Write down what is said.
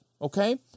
Okay